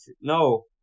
No